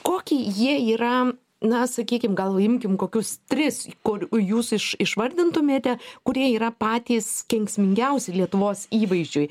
kokį jie yra na sakykim gal imkim kokius tris kur jūs iš išvardintumėte kurie yra patys kenksmingiausi lietuvos įvaizdžiui